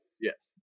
Yes